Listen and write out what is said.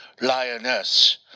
lioness